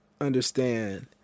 understand